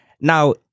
Now